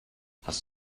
hast